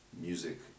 music